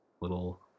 little